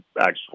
actual